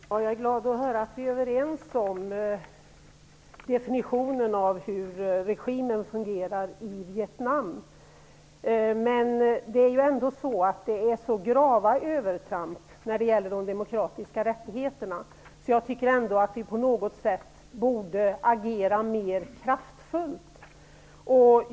Fru talman! Jag är glad att höra att vi är överens om definitionen av hur regimen fungerar i Vietnam. Men det är fråga om så grava övertramp när det gäller de demokratiska rättigheterna att jag tycker att vi på något sätt borde agera mer kraftfullt.